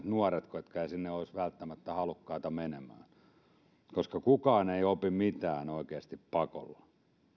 nuoret ketkä eivät sinne olisi välttämättä halukkaita menemään koska kukaan ei opi mitään oikeasti pakolla